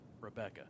Rebecca